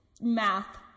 math